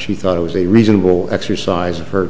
she thought it was a reasonable exercise of her